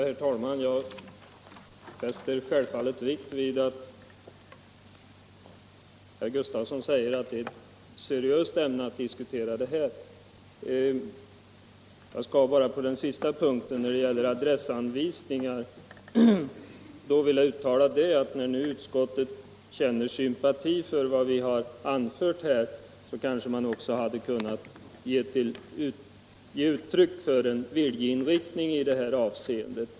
Herr talman! Jag fäster självfallet vikt vid att herr Sven Gustafson i Göteborg säger att detta är ett seriöst ämne att diskutera. Bara på den sista punkten, då det gäller adressanvisning, skulle jag vilja uttala att när utskottet känner sympati för vad vi har anfört, så hade man kanske kunnat ge uttryck för en viljeinriktning i detta avseende.